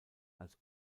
als